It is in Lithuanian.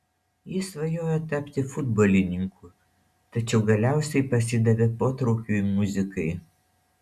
jis svajojo tapti futbolininku tačiau galiausiai pasidavė potraukiui muzikai